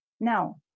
Now